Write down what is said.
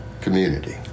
community